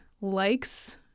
likes